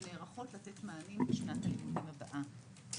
ונערכות לתת מענים לשנת הלימודים הבאה.